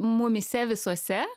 mumyse visuose